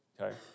okay